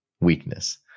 weakness